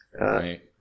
Right